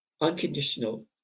Unconditional